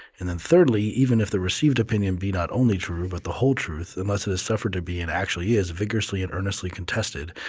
and then thirdly, even if the received opinion be not only true but the whole truth, unless it has suffered to be and actually is vigorously and earnestly contested,